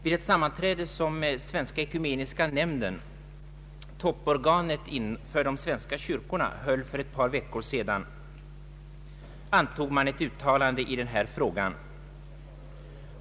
Vid ett sammanträde som Svenska ekumeniska nämnden, topporganet för de svenska kyrkorna, höll för ett par veckor sedan, antog man ett uttalande i denna fråga.